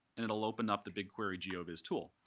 and it'll open up the bigquery geo vis tool.